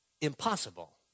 impossible